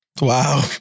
Wow